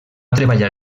treballar